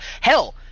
Hell